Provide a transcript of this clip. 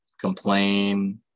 complain